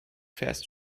fährst